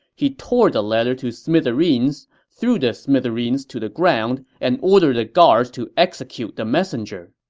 he tore the letter to smithereens, threw the smithereens to the ground, and ordered the guards to execute the messenger.